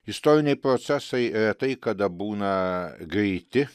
istoriniai procesai retai kada būna greiti